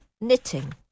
Knitting